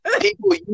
people